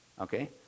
okay